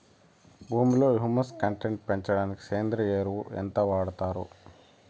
భూమిలో humus content పెంచడానికి సేంద్రియ ఎరువు ఎంత వాడుతారు